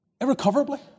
Irrecoverably